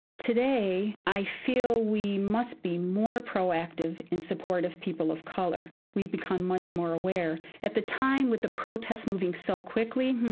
today, i feel we must be more proactive in support of people of color. we've become much more aware. at the time, with the protests moving so quickly.